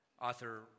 Author